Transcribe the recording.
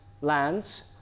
lands